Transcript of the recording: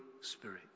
Spirit